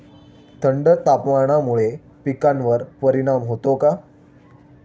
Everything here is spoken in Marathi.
थंड तापमानामुळे पिकांवर परिणाम होतो का?